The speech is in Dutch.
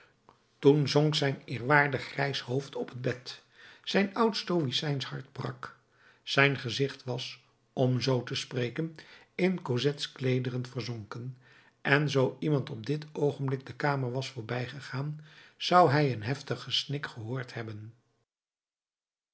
toen zonk zijn eerwaardig grijs hoofd op het bed zijn oud stoïcijns hart brak zijn gezicht was om zoo te spreken in cosettes kleederen verzonken en zoo iemand op dit oogenblik de kamer was voorbijgegaan zou hij een heftig gesnik gehoord hebben